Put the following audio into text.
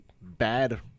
bad